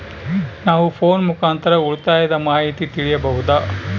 ನಾವು ಫೋನ್ ಮೂಲಕ ಉಳಿತಾಯದ ಮಾಹಿತಿ ತಿಳಿಯಬಹುದಾ?